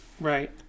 Right